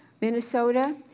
Minnesota